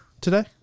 today